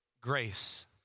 Grace